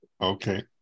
Okay